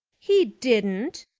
he didn't,